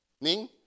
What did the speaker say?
Ning